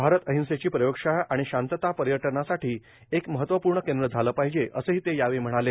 भारत अहिंसेची प्रयोगशाळा व शांतता पर्यटनासाठी एक महत्वपूर्ण केंद्र झाले पाहिजे असेही ते म्हणाले